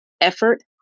effort